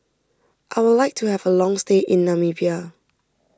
I would like to have a long stay in Namibia